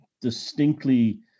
distinctly